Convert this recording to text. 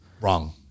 Wrong